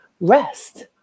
rest